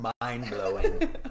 mind-blowing